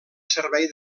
servei